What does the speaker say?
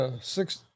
six